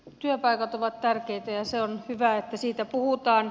työpaikat ovat tärkeitä ja on hyvä että siitä puhutaan